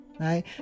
Right